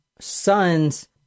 son's